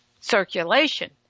circulation